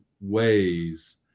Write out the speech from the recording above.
ways